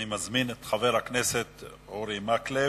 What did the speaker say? אני מזמין את חבר הכנסת אורי מקלב,